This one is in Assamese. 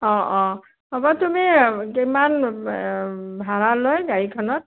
অঁ অঁ হ'ব তুমি কিমান ভাড়া লয় গাড়ীখনত